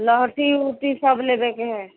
लहठि उहठि सब लेबयके है